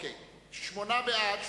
שמונה בעד,